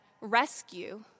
rescue